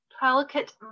delicate